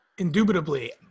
Indubitably